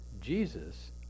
Jesus